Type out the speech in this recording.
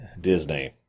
Disney